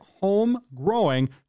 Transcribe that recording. home-growing